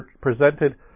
presented